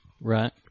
Right